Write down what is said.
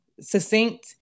succinct